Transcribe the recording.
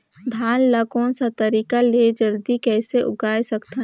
धान ला कोन सा तरीका ले जल्दी कइसे उगाय सकथन?